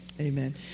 amen